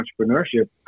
entrepreneurship